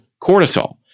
cortisol